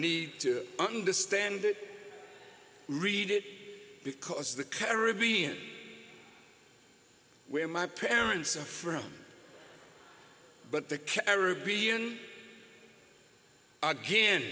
need to understand really because the caribbean where my parents are from but the caribbean again